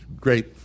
great